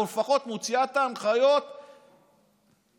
או לפחות מוציאה את ההנחיות החוקיות.